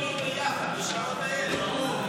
לא נתקבלה.